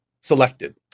selected